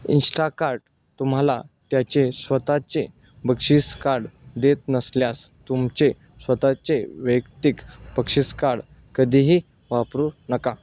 Instacart तुम्हाला त्याचे स्वतःचे बक्षीसकार्ड देत नसल्यास तुमचे स्वतःचे वैयक्तिक पबक्षिसकार्ड कधीही वापरू नका